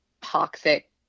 toxic